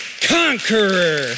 conqueror